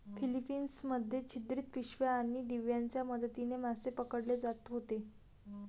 Philippines मध्ये छिद्रित पिशव्या आणि दिव्यांच्या मदतीने मासे पकडले जात होते